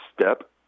step